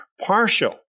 partial